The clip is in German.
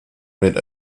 mit